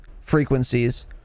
frequencies